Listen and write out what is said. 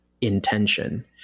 intention